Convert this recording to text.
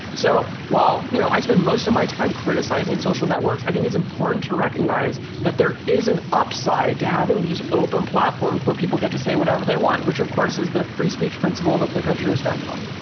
so while, you know, i spent most of my time criticizing social networks, i think it's important to recognize that there is an upside to having these open platforms where people get to say whatever they want. which, of course, is the free speech principle that the country was founded on